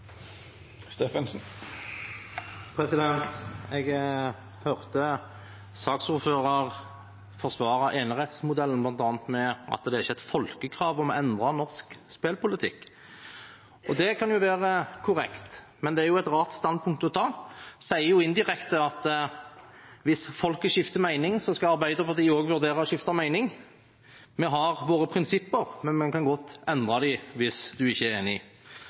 Jeg hørte saksordføreren forsvare enerettsmodellen bl.a. med at det ikke er et folkekrav om å endre norsk spillpolitikk. Det kan være korrekt, men det er et rart standpunkt å ta. En sier jo indirekte at hvis folket skifter mening, skal Arbeiderpartiet også vurdere å skifte mening – vi har våre prinsipper, men vi kan godt endre dem hvis du ikke er enig.